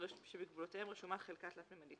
שבגבולותיהם רשומה חלקה תלת־ממדית